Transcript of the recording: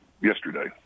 yesterday